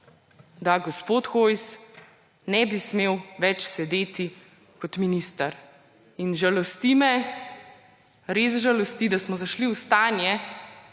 da gospod Hojs ne bi smel več sedeti kot minister. Žalosti me, res žalosti, da smo zašli v stanje,